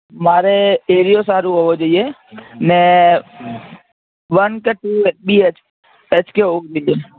મારે એરિયો સારો હોવો જોઈએ અને વન કે two B H H K હોવું જોઇએ